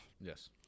Yes